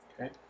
Okay